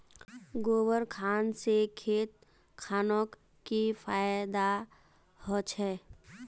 गोबर खान से खेत खानोक की फायदा होछै?